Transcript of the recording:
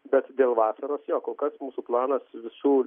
bet dėl vasaros jo kol kas mūsų planas visų